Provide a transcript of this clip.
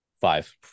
five